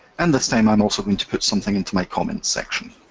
and this time i'm also going to put something into my comment section.